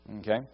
Okay